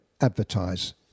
advertise